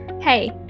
Hey